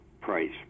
price